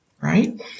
right